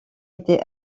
était